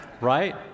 Right